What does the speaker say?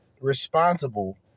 responsible